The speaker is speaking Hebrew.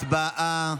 הצבעה.